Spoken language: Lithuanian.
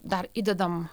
dar įdedam